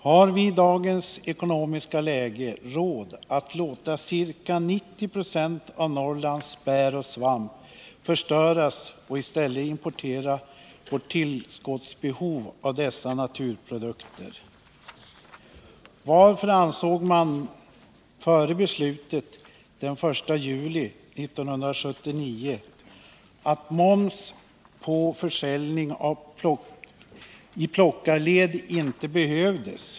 Har vi i dagens ekonomiska läge råd att låta ca 90 20 av Norrlands bär och svamp förstöras och i stället importera vårt tillskottsbehov av dessa naturprodukter? Varför ansåg man före beslutet den 1 juli 1979 att moms på försäljning i plockarled inte behövdes?